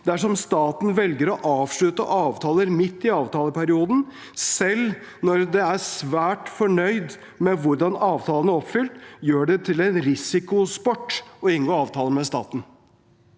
«Dersom staten velger å avslutte avtaler midt i avtaleperioden, selv når de er svært fornøyde med hvordan avtalen er oppfylt, gjør de det til en risikosport å inngå avtaler med staten.»